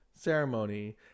ceremony